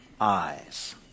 eyes